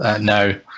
No